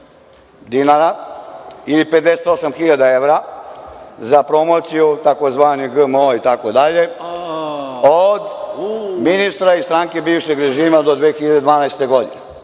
dinara ili 58. hiljada evra za promociju tzv. GMO itd. od ministra iz stranke bivšeg režima do 2012. godine.